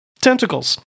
tentacles